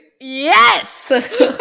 Yes